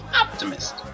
optimist